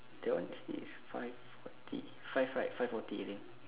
that one cheese is five forty five right five forty I think